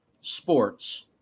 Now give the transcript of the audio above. Sports